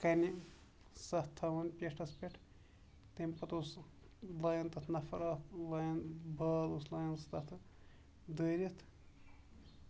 کَنہِ سَتھ تھاوان پیوٹھُس پٮ۪ٹھ تَمہِ پَتہٕ اوس وایان تَتھ اکھ نفر وایان بال اوس لایان سُہ تَتھ دٲرِتھ